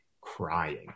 crying